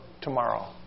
tomorrow